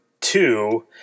two